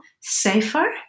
safer